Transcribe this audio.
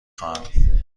خواهم